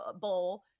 Bowl